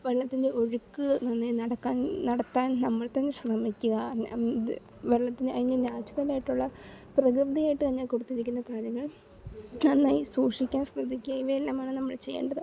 വെള്ളത്തിൻ്റെ ഒഴുക്ക് നന്നേ നടക്കാൻ നടത്താൻ നമ്മൾത്തന്നെ ശ്രമിക്കുക ഇത് വെള്ളത്തിന് അതിന് നാച്ചുറലായിട്ടുള്ള പ്രകൃതിയായിട്ടു തന്നെ കൊടുത്തിരിക്കുന്ന കാര്യങ്ങൾ നന്നായി സൂക്ഷിക്കാൻ ശ്രദ്ധിക്കുക ഇവയെല്ലാമാണ് നമ്മൾ ചെയ്യേണ്ടത്